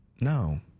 No